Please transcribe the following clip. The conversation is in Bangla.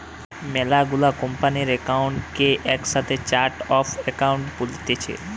মেলা গুলা কোম্পানির একাউন্ট কে একসাথে চার্ট অফ একাউন্ট বলতিছে